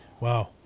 wow